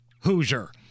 hoosier